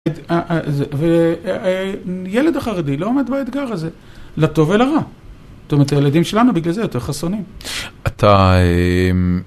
אה אה זה.. ו אה... ילד החרדי לא עומד באתגר הזה, לטוב ולרע. זאת אומרת, הילדים שלנו בגלל זה יותר חסונים. אתה אה...